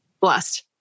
Blessed